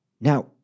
Now